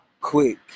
quick